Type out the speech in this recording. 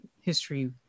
history